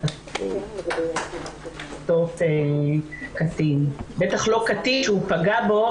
החלטות לגבי קטין, בטח לא קטין שהוא פגע בו.